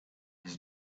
his